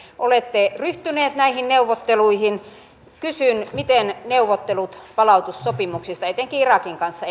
olette ryhtynyt näihin neuvotteluihin kysyn miten neuvottelut palautussopimuksista etenkin irakin kanssa